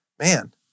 Man